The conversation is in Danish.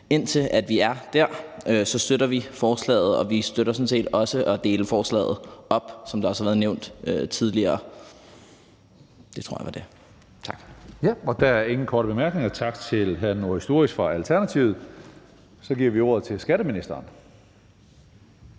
indtil vi er der, støtter vi forslaget. Vi støtter sådan set også at dele forslaget op, som det også er blevet nævnt tidligere. Det tror jeg var det. Tak. Kl. 13:48 Tredje næstformand (Karsten Hønge): Der er ingen korte bemærkninger. Tak til hr. Noah Sturis fra Alternativet. Så giver vi ordet til skatteministeren.